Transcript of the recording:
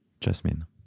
Jasmine